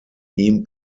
ihm